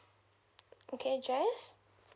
okay jess